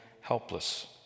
helpless